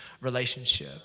relationship